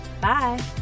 Bye